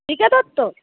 B K Dutta